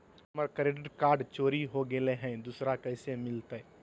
हमर credit card चोरी हो गेलय हई, दुसर कैसे मिलतई?